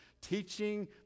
teaching